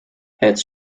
het